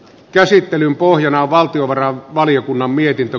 käsittelyn pohjana on valtiovarainvaliokunnan mietintö